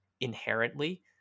inherently